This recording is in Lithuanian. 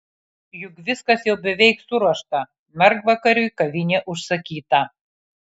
juk viskas jau beveik suruošta mergvakariui kavinė užsakyta